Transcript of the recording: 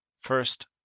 First